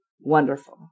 Wonderful